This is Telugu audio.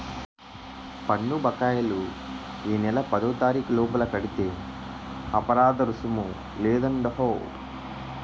పన్ను బకాయిలు ఈ నెల పదోతారీకు లోపల కడితే అపరాదరుసుము లేదండహో